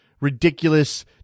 ridiculous